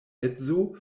edzo